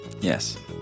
Yes